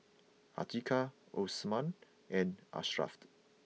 Atiqah Osman and Ashraffed